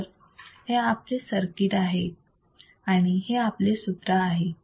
तर हे आपले सर्किट आहे आणि हे आपले सूत्र आहे